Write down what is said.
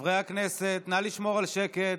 הכנסת, נא לשמור על שקט.